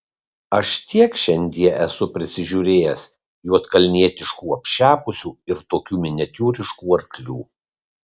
aš tiek šiandie esu pasižiūrėjęs juodkalnietiškų apšepusių ir tokių miniatiūriškų arklių